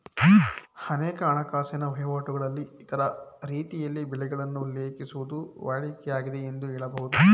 ಅನೇಕ ಹಣಕಾಸಿನ ವಹಿವಾಟುಗಳಲ್ಲಿ ಇತರ ರೀತಿಯಲ್ಲಿ ಬೆಲೆಗಳನ್ನು ಉಲ್ಲೇಖಿಸುವುದು ವಾಡಿಕೆ ಆಗಿದೆ ಎಂದು ಹೇಳಬಹುದು